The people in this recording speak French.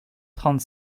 trente